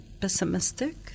pessimistic